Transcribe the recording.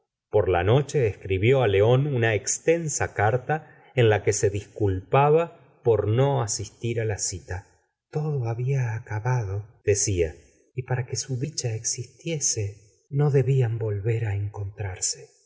por la noche escribió á león una extensa carta en la que se disculpaba por no asistir á la cita tod había acabado decia y para que su dicha existiese no debian volver á encontrarse